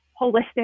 holistic